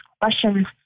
questions